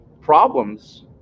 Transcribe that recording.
Problems